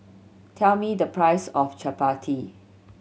tell me the price of Chapati